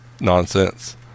nonsense